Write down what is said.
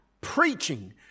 preaching